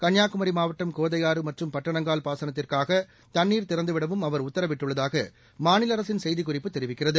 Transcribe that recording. கள்னியாகுமி மாவட்டம் கோதையாறு மற்றம் பட்டணங்கால் பாசனத்திற்காக தண்ணீர் திறந்து விடவும் அவர் உத்தரவிட்டுள்ளதாக மாநில அரசின் செய்திக் குறிப்பு தெரிவிக்கிறது